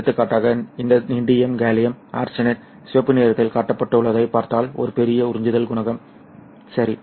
எடுத்துக்காட்டாக இந்த indium gallium arsenide சிவப்பு நிறத்தில் காட்டப்பட்டுள்ளதைப் பார்த்தால் ஒரு பெரிய உறிஞ்சுதல் குணகம் சரி